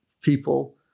people